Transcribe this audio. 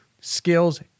skills